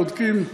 בודקים,